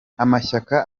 amashyaka